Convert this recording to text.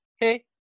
Hey